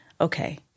okay